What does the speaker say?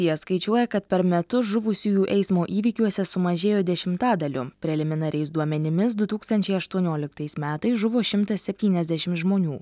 jie skaičiuoja kad per metus žuvusiųjų eismo įvykiuose sumažėjo dešimtadaliu preliminariais duomenimis du tūkstančiai aštuonioliktais metais žuvo šimtas septyniasdešim žmonių